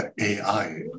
AI